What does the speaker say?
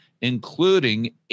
including